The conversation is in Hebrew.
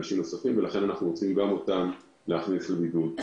לכן גם אותם אנחנו רוצים להכניס לבידוד.